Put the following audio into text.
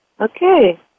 Okay